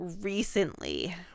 recently